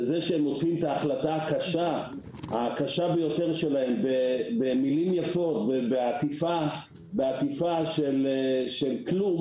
וזה שהם עושים את ההחלטה הקשה ביותר שלהם במילים יפות ובעטיפה של כלום,